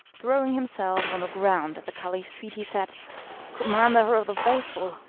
throwing himself on the ground at the caliph's feet, he said commander of the faithful,